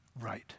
right